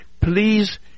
please